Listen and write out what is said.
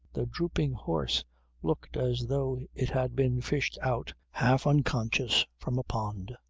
the drooping horse looked as though it had been fished out, half unconscious, from a pond.